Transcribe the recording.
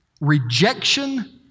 rejection